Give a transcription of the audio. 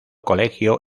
colegio